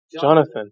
Jonathan